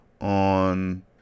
on